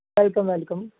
welcome welcome